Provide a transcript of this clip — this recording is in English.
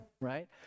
right